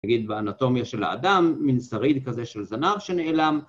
נגיד באנטומיה של האדם, מין שריד כזה של זנב שנעלם.